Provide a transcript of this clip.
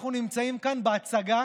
אנחנו נמצאים כאן בהצגה